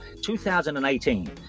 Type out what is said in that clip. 2018